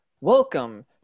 Welcome